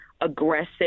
aggressive